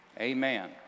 Amen